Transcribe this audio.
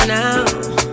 now